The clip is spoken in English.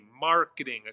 marketing